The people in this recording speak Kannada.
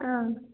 ಹಾಂ